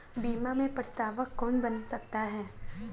बीमा में प्रस्तावक कौन बन सकता है?